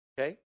okay